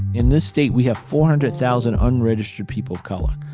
in this state, we have four hundred thousand unregistered people of color,